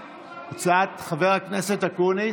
חבר הכנסת אקוניס,